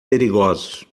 perigosos